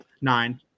Nine